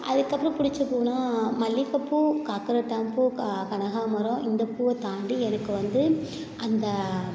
அதுக்கப்புறம் பிடிச்சப் பூவுன்னா மல்லிகைப்பூ காக்கரட்டான் பூ கா கனகமரம் இந்த பூவைத் தாண்டி எனக்கு வந்து அந்த